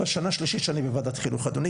זו השנה השלישית שאני בוועדת חינוך אדוני